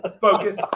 Focus